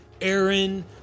Aaron